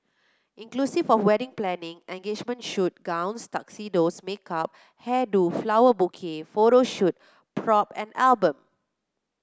inclusive of wedding planning engagement shoot gowns tuxedos makeup hair do flower bouquet photo shoot prop and album